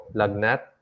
lagnat